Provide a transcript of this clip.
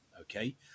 Okay